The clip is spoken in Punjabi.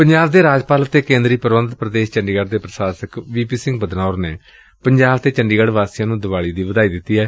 ਪੰਜਾਬ ਦੇ ਰਾਜਪਾਲ ਅਤੇ ਕੇਂਦਰੀ ਪ੍ਰਬੰਧਤ ਪ੍ਦੇਸ਼ ਚੰਡੀਗੜ੍ਵ ਦੇ ਪ੍ਰਸ਼ਾਸਕ ਵੀ ਪੀ ਸਿੰਘ ਬਦਨੌਰ ਨੇ ਪੰਜਾਬ ਤੇ ਚੰਡੀਗੜ੍ਹ ਵਾਸੀਆਂ ਨੂੰ ਦੀਵਾਲੀ ਦੀ ਵਧਾਈ ਦਿੱਤੀ ਏ